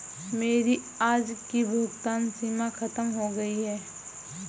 मेरी आज की भुगतान सीमा खत्म हो गई है